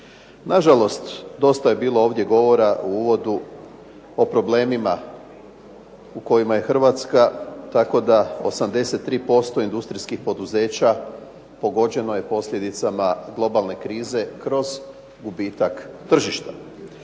Nažalost, dosta je bilo ovdje govora u uvodu o problemima u kojima je Hrvatska tako da 83% industrijskih poduzeća pogođeno je posljedicama globalne krize kroz gubitak tržišta.